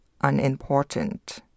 unimportant